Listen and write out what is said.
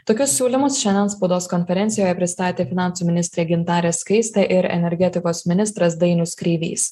tokius siūlymus šiandien spaudos konferencijoje pristatė finansų ministrė gintarė skaistė ir energetikos ministras dainius kreivys